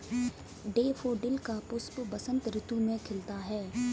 daffodil का पुष्प बसंत ऋतु में खिलता है